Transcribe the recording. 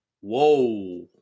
Whoa